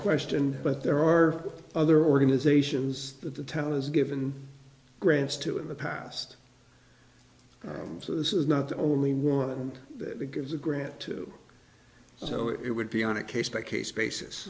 question but there are other organizations that the town has given grants to in the past so this is not the only one that gives a grant to you know it would be on a case by case basis